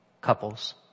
couples